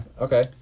Okay